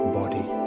body